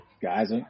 Guys